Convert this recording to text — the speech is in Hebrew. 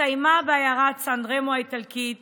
הסתיימה בעיירה סן רמו האיטלקית